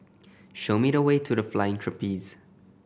show me the way to The Flying Trapeze